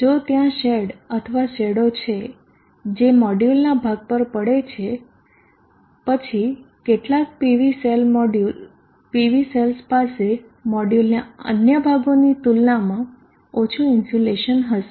જો ત્યાં શેડ અથવા શેડો છે જે મોડ્યુલના ભાગ પર પડે છે પછી કેટલાક PV સેલ્સ પાસે મોડ્યુલનાં અન્ય ભાગોની તુલનામાં ઓછું ઇન્સ્યુલેશન હશે